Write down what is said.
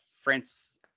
France